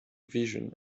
vision